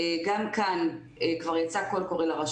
התכנסנו כאן לדון בהצעה לדיון מהיר בעקבות